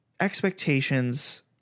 expectations